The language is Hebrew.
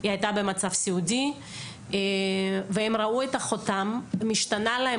היא הייתה במצב סיעודי והם ראו את אחותם משתנה להם